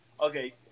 okay